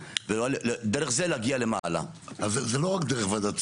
אלא 2065. אני לא יודע אם הכול היום לייעד,